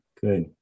good